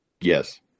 Yes